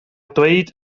dweud